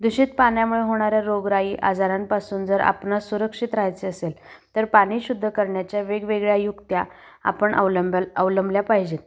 दूषित पाण्यामुळे होणाऱ्या रोगराई आजारांपासून जर आपणास सुरक्षित राहायचे असेल तर पाणी शुद्ध करण्याच्या वेगवेगळ्या युक्त्या आपण अवलंबल अवलंबल्या पाहिजेत